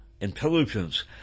intelligence